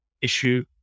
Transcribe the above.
issue